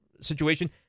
situation